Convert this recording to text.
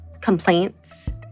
complaints